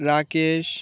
Rakesh